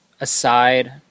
aside